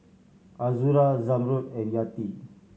Azura Zamrud and Yati